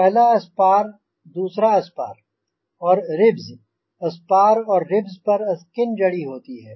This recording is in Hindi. पहला स्पार और दूसरा स्पार और रिब्ज़ स्पार और रिब्ज़ पर स्किन जड़ी होती है